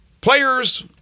Players